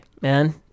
man